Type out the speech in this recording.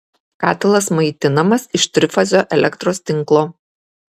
katilas maitinamas iš trifazio elektros tinklo